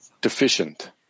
deficient